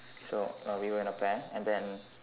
so uh we were in a pair and then